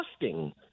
disgusting